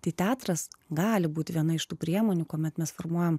tai teatras gali būti viena iš tų priemonių kuomet mes formuojam